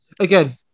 Again